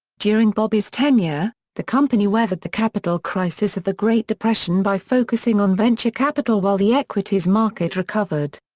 during bobbie's tenure, the company weathered the capital crisis of the great depression by focusing on venture capital while the equities market recovered.